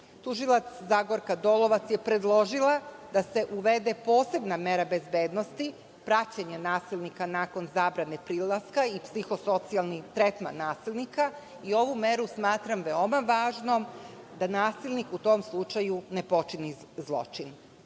Zagorka Dolovac je predložila da se uvede posebna mera bezbednosti, praćenje nasilnika nakon zabrane prilaska i psiho socijalni tretman nasilnika i ovu meru smatram veoma važnom da nasilnik u tom slučaju ne počini zločin. Ovim